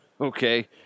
Okay